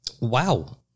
Wow